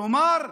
כלומר,